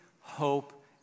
hope